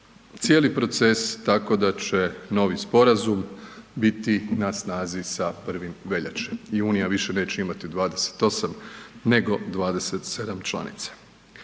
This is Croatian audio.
cijeli proces tako da će novi sporazum biti na snazi sa 1. veljače i Unija više neće imati 28 nego 27 članica.